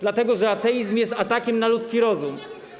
Dlatego że ateizm jest atakiem na ludzki rozum.